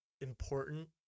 important